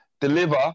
deliver